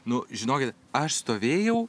nu žinokit aš stovėjau